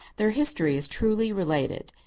their history is truly related.